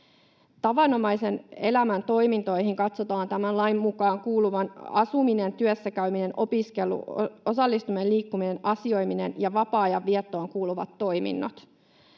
Tavanomaisen elämän toimintoihin katsotaan tämän lain mukaan kuuluvan asuminen, työssä käyminen, opiskelu, osallistuminen, liikkuminen, asioiminen ja vapaa-ajan viettoon kuuluvat toiminnot.